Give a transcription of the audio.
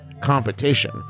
competition